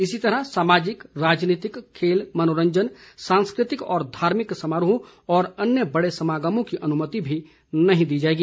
इसी तरह सामाजिक राजनीतिक खेल मनोरंजन सांस्कृतिक और धार्मिक समारोह तथा अन्य बड़े समागमों की अनुमति नहीं होगी